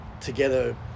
together